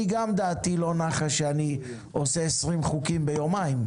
דעתי גם לא נחה כשאני עושה עשרים חוקים ביומיים,